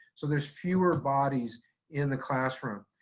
so there's fewer bodies in the classroom.